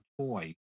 toy